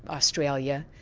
australia,